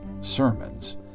sermons